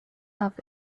love